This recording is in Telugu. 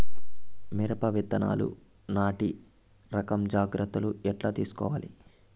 మిరప విత్తనాలు నాటి రకం జాగ్రత్తలు ఎట్లా తీసుకోవాలి?